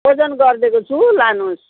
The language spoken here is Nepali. ओजन गरिदिएको छु लानुहोस्